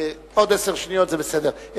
עוד עשר שניות זה בסדר.